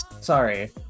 Sorry